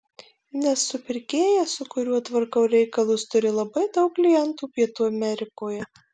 nes supirkėjas su kuriuo tvarkau reikalus turi labai daug klientų pietų amerikoje